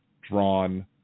drawn